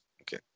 Okay